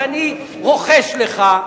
שאני רוחש לך,